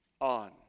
on